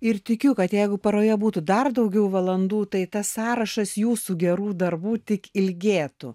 ir tikiu kad jeigu paroje būtų dar daugiau valandų tai tas sąrašas jūsų gerų darbų tik ilgėtų